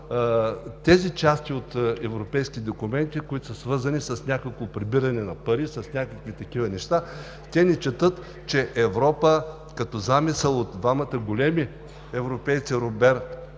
тези части от европейските документи, които са свързани с някакво прибиране на пари, с някакви такива неща. Те не четат, че Европа, като замисъл от двамата големи европейци – Роберт